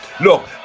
Look